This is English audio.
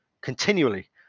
continually